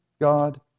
God